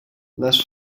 les